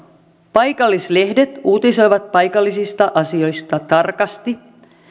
paikallislehdet uutisoivat paikallisista asioista tarkasti